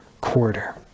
quarter